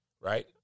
Right